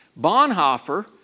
Bonhoeffer